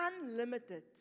unlimited